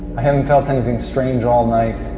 i haven't felt anything strange all night.